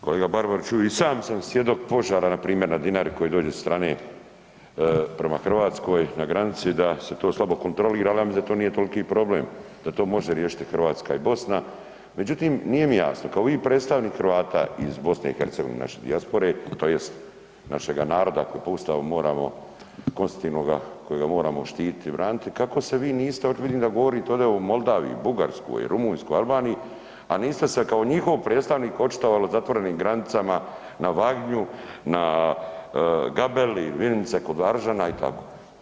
Kolega Barbariću, i sam sam svjedok požara npr. na Dinari koji dođe sa strane prema Hrvatskoj na granici da se to slabo kontrolira ali ja mislim da to nije toliki problem, da to može riješiti Hrvatska i Bosna međutim nije mi jasno kao vi predstavnik Hrvata iz BiH-a, naše dijaspore, tj. našega naroda kojeg po Ustavu moramo, konstitutivnoga kojega moramo štititi i braniti, kako se vi niste, vidim da govorite ovdje o Moldaviji, Bugarskoj, Rumunjskoj, Albaniji, a niste se kao njihov predstavnik očitovali o zatvorenim granicama na Vagnju, na Gabeli, ... kod Aržana i tako?